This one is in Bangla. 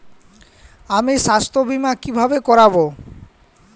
আমি স্বাস্থ্য বিমা কিভাবে করাব?